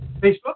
Facebook